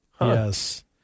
Yes